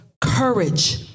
courage